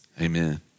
amen